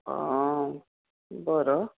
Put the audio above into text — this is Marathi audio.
बरं